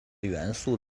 元素